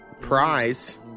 Prize